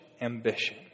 ambition